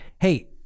Hey